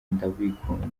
ndabikunda